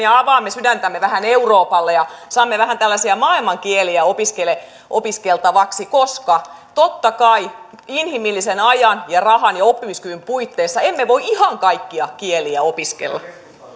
avaamme sydäntämme vähän euroopalle ja saamme vähän maailmankieliä opiskeltavaksi koska totta kai inhimillisen ajan rahan ja oppimiskyvyn puitteissa emme voi ihan kaikkia kieliä opiskella